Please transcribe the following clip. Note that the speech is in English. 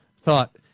thought